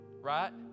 Right